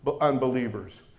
unbelievers